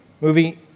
movie